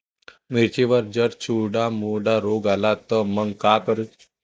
मिर्चीवर जर चुर्डा मुर्डा रोग आला त मंग का करू?